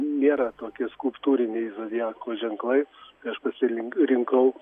nėra tokie skulptūriniai zodiako ženklai tai aš pasili rinkau